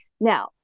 Now